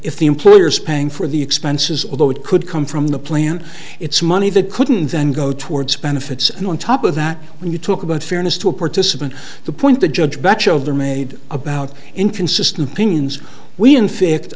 if the employer is paying for the expenses although it could come from the plan it's money that couldn't then go towards benefits and on top of that when you talk about fairness to a participant the point the judge batch of them made about inconsistent opinions we in fact